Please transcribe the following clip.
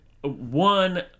one